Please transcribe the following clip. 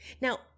Now